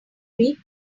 week